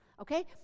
Okay